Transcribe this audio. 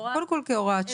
בפועל את